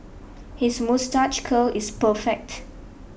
his moustache curl is perfect